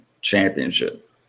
championship